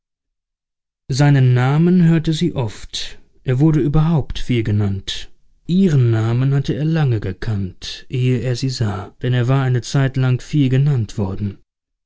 seinen namen hörte sie oft er wurde überhaupt viel genannt ihren namen hatte er lange gekannt ehe er sie sah denn er war eine zeitlang viel genannt worden